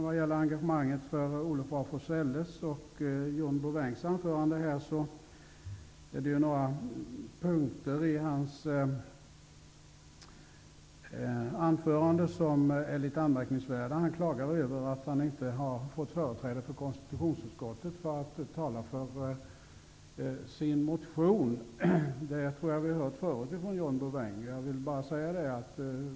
Vad gäller engagemanget för Olof av Forselles i John Bouvins anförande, är det några punkter som är något anmärkningsvärda. John Bouvin klagar över att han inte fått företräde hos konstitutionsutskottet för att tala för sin motion. Jag tror att vi hört sådant tal tidigare från John Bouvin.